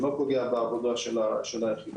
שלא פוגע בעבודה של היחידות,